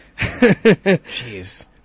Jeez